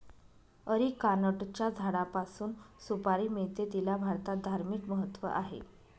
अरिकानटच्या झाडापासून सुपारी मिळते, तिला भारतात धार्मिक महत्त्व आहे